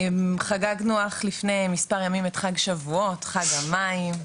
חגגנו אך לפני מספר ימים את חג שבועות, חג המים,